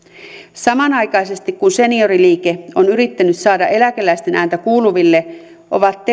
samanaikaisesti kun senioriliike on yrittänyt saada eläkeläisten ääntä kuuluville ovat